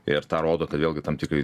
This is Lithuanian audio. ir tą rodo kad vėlgi tam tikrą